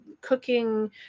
cooking